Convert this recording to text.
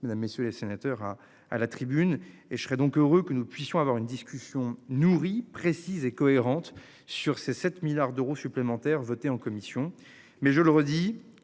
Mesdames, messieurs les sénateurs à à la tribune et je serai donc heureux que nous puissions avoir une discussion nourrie précise et cohérente sur ces 7 milliards d'euros supplémentaires votés en commission, mais je le redis